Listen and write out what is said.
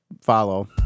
follow